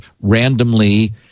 randomly